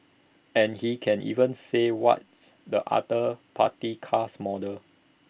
and he can even say what's the other party's cars model